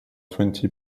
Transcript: twenty